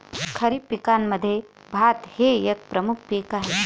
खरीप पिकांमध्ये भात हे एक प्रमुख पीक आहे